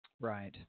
Right